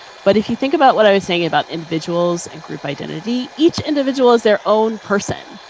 but if you think about what i was saying about individuals and group identity, each individual is their own person.